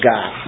God